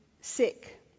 sick